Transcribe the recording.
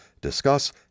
discuss